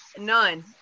none